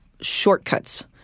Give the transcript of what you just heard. shortcuts